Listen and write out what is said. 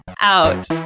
out